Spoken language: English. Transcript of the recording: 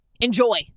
enjoy